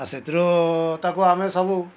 ଆଉ ସେଥିରୁ ତାକୁ ଆମେ ସବୁ